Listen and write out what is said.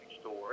store